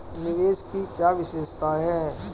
निवेश की क्या विशेषता है?